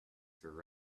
through